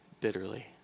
bitterly